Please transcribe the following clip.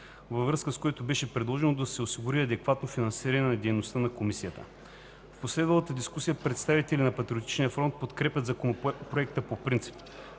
Във връзка с това беше предложено да се осигури адекватно финансиране на дейността на Комисията. В последвалата дискусия представители на Патриотичен фронт подкрепят Законопроекта по принцип,